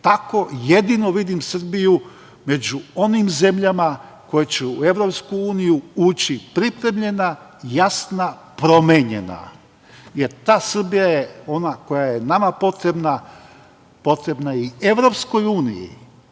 tako jedino vidim Srbiju među onim zemljama koje će u EU ući pripremljena, jasna, promenjena, jer ta Srbija je ona koja je nama potrebna, potrebna je i